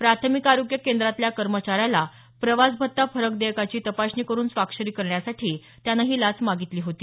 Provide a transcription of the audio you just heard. प्राथमिक आरोग्य केंद्रातल्या कर्मचार्याला प्रवास भत्ता फरक देयकाची तपासणी करुन स्वाक्षरी करण्यासाठी त्यानं ही लाच मागितली होती